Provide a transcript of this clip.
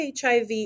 HIV